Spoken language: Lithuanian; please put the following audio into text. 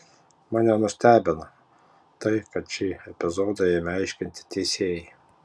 mane nustebino tai kad šį epizodą ėmė aiškinti teisėjai